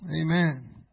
Amen